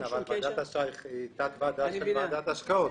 אבל ועדת האשראי היא תת ועדה של ועדת ההשקעות,